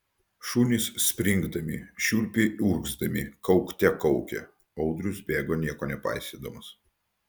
šunys springdami šiurpiai urgzdami kaukte kaukė audrius bėgo nieko nepaisydamas